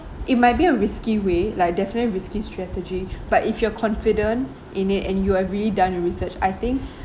it might be a risky way like definitely risky strategy but if you're confident in it and you have already done your research I think